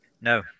No